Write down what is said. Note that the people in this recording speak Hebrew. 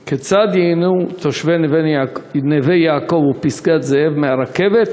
3. כיצד ייהנו תושבי נווה-יעקב ופסגת-זאב מהרכבת